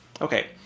Okay